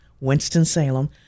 Winston-Salem